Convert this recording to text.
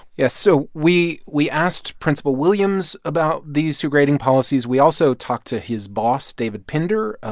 yeah, so we we asked principal williams about these two grading policies. we also talked to his boss, david pinder,